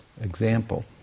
example